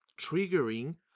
triggering